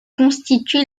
constitue